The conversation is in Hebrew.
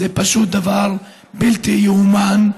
זה פשוט דבר בלתי יאומן.